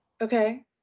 Okay